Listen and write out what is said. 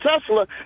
Tesla